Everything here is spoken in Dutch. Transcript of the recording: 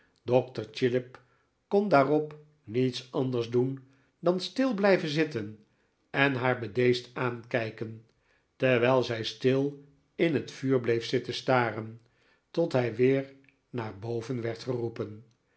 dokter chillip kon daarop niets anders doen dan stil blijven zitten en haar bedeesd aankijken terwijl zij stil in het vuur bleef zitten staren tot hij weer naar boven werd geroepen